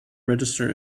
register